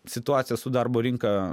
situacija su darbo rinka